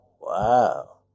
Wow